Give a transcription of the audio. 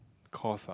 course ah